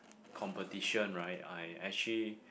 competition right I actually